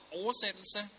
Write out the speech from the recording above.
oversættelse